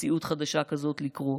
למציאות חדשה כזאת לקרות?